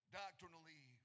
doctrinally